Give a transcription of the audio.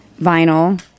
vinyl